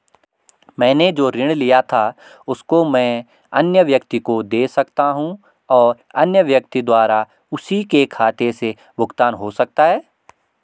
मैंने जो ऋण लिया था उसको मैं अन्य व्यक्ति को दें सकता हूँ और अन्य व्यक्ति द्वारा उसी के खाते से भुगतान हो सकता है?